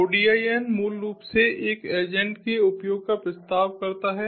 ODIN मूल रूप से एक एजेंट के उपयोग का प्रस्ताव करता है